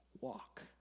walk